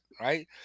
right